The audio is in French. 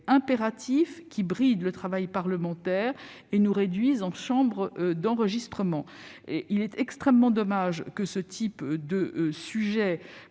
impératifs qui brident le travail parlementaire et nous réduisent au rôle de chambre d'enregistrement. Il est extrêmement dommage que ce type de sujet